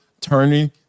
turning